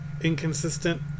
inconsistent